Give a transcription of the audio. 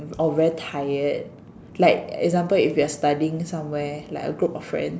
or very tired like example if you are studying somewhere like a group of friend